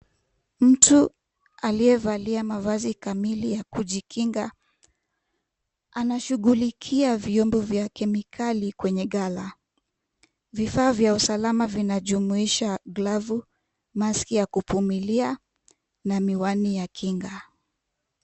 Mtu aliyevalia mavazi kamili ya kujikinga. Anashughulikia vyombo vya kemikali kwenye gala. Vifaa vya usalama vinajumuisha glavu, maski ya kupumulia na miwani ya kinga.